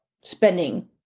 spending